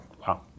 Wow